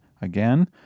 again